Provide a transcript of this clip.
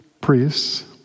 priests